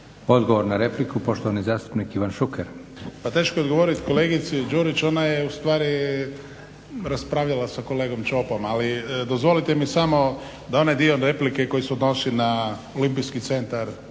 Odgovor na repliku, poštovani zastupnik Ivan Šuker. **Šuker, Ivan (HDZ)** Pa teško je odgovorit kolegici Đurić, ona je ustvari raspravljala sa kolegom Čopom, ali dozvolite mi samo da onaj dio replike koji se odnosi na Olimpijski centar